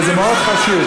וזה מאוד חשוב.